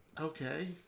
Okay